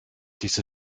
diese